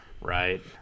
right